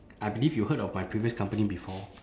I believe you heard of my previous company before